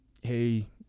Hey